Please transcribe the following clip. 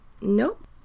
Nope